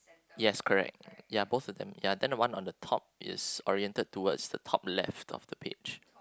yes correct ya both of them ya then the one on the top is oriented towards the top left of the page